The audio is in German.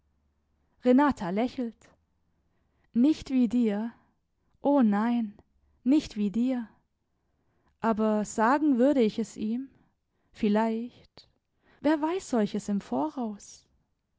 renata lächelt nicht wie dir o nein nicht wie dir aber sagen würde ich es ihm vielleicht wer weiß solches im voraus